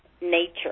nature